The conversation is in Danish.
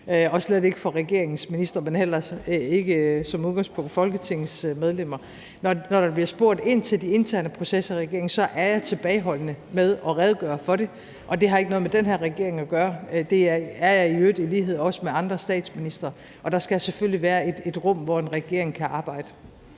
og slet ikke mod regeringens ministre, men heller ikke som udgangspunkt mod Folketingets medlemmer. Når der bliver spurgt ind til de interne processer i regeringen, er jeg tilbageholdende med at redegøre for det, og det har ikke noget med den her regering at gøre. Det er jeg i øvrigt i lighed også med andre statsministre. Der skal selvfølgelig være et rum, hvor en regering kan arbejde.